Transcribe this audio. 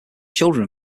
children